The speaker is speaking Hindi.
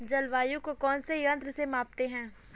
जलवायु को कौन से यंत्र से मापते हैं?